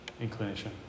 inclination